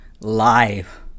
live